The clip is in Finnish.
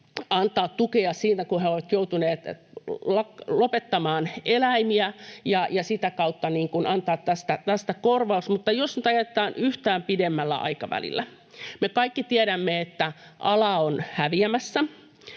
antaa tukea, kun he ovat joutuneet lopettamaan eläimiä, ja sitä kautta antaa tästä korvaus. Mutta jos nyt ajatellaan yhtään pidemmällä aikavälillä, niin me kaikki tiedämme, että ala on häviämässä.